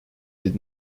did